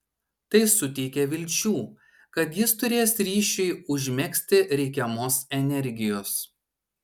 tai suteikė vilčių kad jis turės ryšiui užmegzti reikiamos energijos